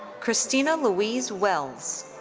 christina louise wells.